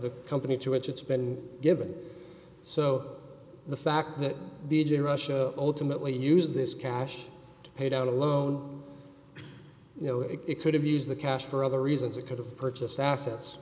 the company to edge it's been given so the fact that the aging russia ultimately used this cash to pay down alone you know it could have used the cash for other reasons it could have purchased assets